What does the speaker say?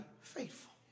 faithful